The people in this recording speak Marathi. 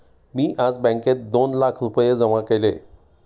मी आज बँकेत दोन लाख रुपये जमा केले